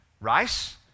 Rice